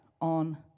on